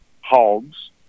hogs